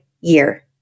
year